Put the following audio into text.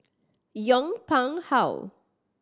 Yong Pung How